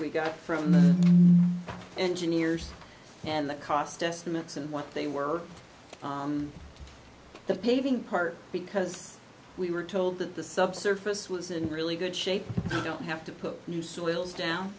we got from the engineers and the cost estimates and what they were the paving part because we were told that the subsurface was in really good shape you don't have to put new soils down